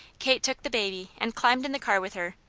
kate took the baby and climbed in the car with her,